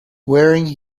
wearing